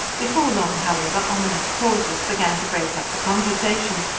before long, however, ominous pauses began to break up the conversation,